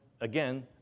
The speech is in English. again